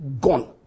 gone